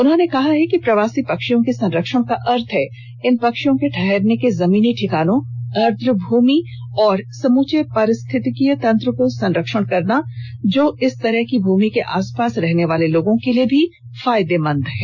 उन्होंने कहा कि प्रवासी पक्षियों के संरक्षण का अर्थ है इन पक्षियों के ठहरने के जमीनी ठिकानों आई भूमि और समूचे पारिस्थितिकीय तंत्र को संरक्षण करना जो इस तरह की भूमि के आस पास रहने वाले लोगों के लिए भी फायदेमंद है